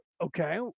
Okay